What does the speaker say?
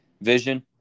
Vision